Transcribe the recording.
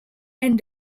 and